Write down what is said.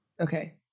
Okay